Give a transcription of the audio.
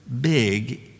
big